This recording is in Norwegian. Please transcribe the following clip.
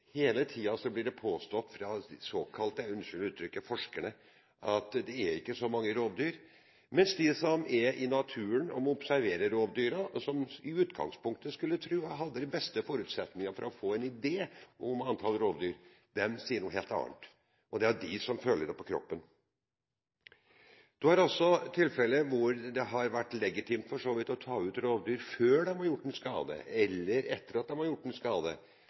Hele tiden blir det påstått fra såkalte – unnskyld uttrykket – forskere at det ikke er så mange rovdyr, mens de som er i naturen og observerer rovdyrene, som en i utgangspunktet skulle tro hadde de beste forutsetninger for å få en idé om antall rovdyr, sier noe helt annet. Det er de som føler det på kroppen. En har også hatt tilfeller hvor det har vært legitimt heller å ta ut rovdyr før de har gjort noen skade enn etter at de har gjort skade.